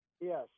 Yes